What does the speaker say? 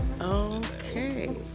Okay